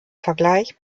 vergleich